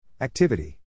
Activity